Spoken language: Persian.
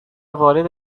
وارد